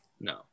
No